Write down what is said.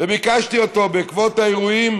וביקשתי ממנו, בעקבות האירועים